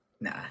Nah